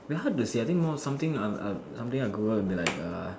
very hard to say I think more something of of something I Google will be like err